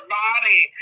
body